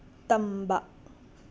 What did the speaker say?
ꯇꯝꯕ